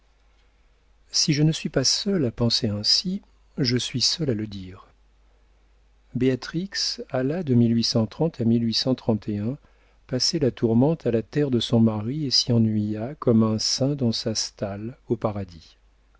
si je ne suis pas seule à penser ainsi je suis seule à le dire béatrix alla de à passer la tourmente à la terre de son mari et s'y ennuya comme un saint dans sa stalle au paradis